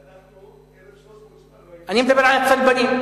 ואנחנו 1,300 שנה לא, אני מדבר על הצלבנים.